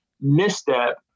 misstep